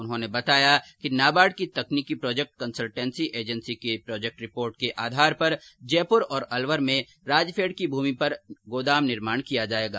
उन्होंने बताया कि नाबार्ड की तकनीकी प्रोजेक्ट कंसलटेन्सी एंजेसी की प्रोजेक्ट रिपोर्ट के आधार पर जयपुर और अलवर में राजफैड़ की भूमि पर गोदाम निर्माण किया जाएगा